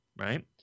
right